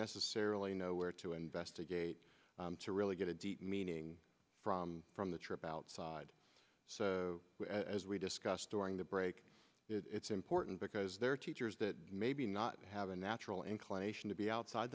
necessarily know where to investigate to really get a deep meaning from the trip outside so as we discussed during the break it's important because there are teachers that maybe not have a natural inclination to be outside